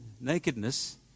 nakedness